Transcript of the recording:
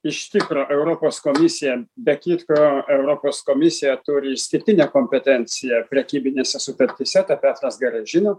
iš tikro europos komisija be kitko europos komisija turi išskirtinę kompetenciją prekybinėse sutartyse tą petras gerai žino